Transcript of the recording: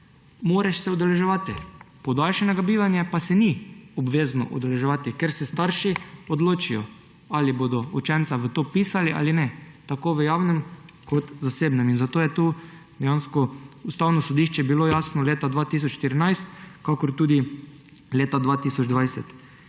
moraš udeleževati, podaljšanega bivanja pa se ni obvezno udeleževati, ker se starši odločijo, ali bodo učenca v to vpisali ali ne, tako v javnem kot zasebnem. Zato je tukaj dejansko Ustavno sodišče bilo jasno leta 2014 kakor tudi leta 2020.